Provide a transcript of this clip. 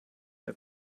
der